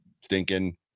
stinking